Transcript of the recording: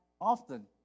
often